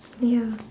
ya